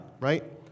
right